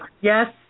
Yes